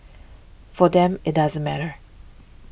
for them it doesn't matter